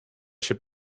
się